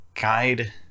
guide